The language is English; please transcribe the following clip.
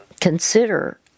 consider